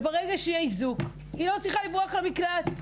ברגע שיהיה איזוק, היא לא צריכה לברוח למקלט.